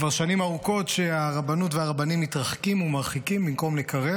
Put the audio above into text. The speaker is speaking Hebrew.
כבר שנים ארוכות שהרבנות והרבנים מתרחקים ומרחיקים במקום לקרב.